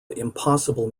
impossible